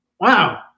Wow